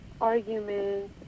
arguments